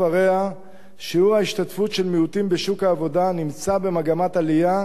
שיעור ההשתתפות של מיעוטים בשוק העבודה נמצא במגמת עלייה,